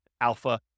alpha